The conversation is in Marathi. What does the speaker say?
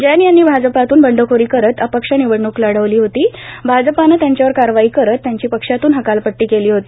जैन यांनी भाजपतून बंडखोरी करत अपक्ष निवडणूक लढवली होती भाजपनं त्यांच्यावर कारवाई करत त्यांची पक्षातून हकालपट्टी केली होती